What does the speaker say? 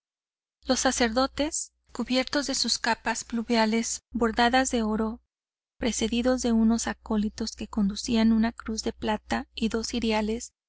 los sacerdotes cubiertos de sus capas pluviales bordadas de oro precedidos de unos acólitos que conducían una cruz de plata y dos ciriales